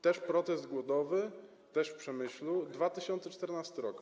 Też protest głodowy, też w Przemyślu, 2014 r.